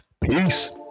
Peace